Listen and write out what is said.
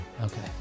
Okay